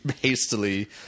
hastily